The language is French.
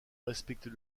respecter